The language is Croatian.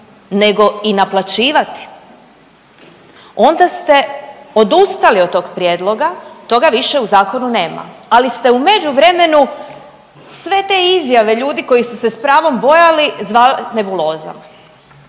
nego i naplaćivati onda ste odustali od tog prijedloga, toga više u zakonu nema, ali ste u međuvremenu sve te izjave ljudi koji su se s pravom bojali zvali nebuloza.